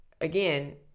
again